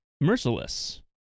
merciless